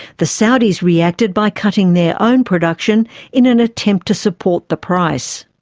the saudis reacted by cutting their own production in an attempt to support the price.